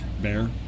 bear